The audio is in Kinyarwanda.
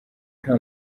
nta